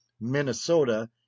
Minnesota